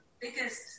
biggest